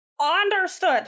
Understood